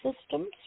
systems